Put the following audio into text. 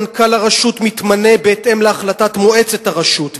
מנכ"ל הרשות מתמנה בהתאם להחלטת מועצת הרשות,